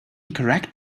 correct